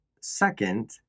second